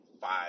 five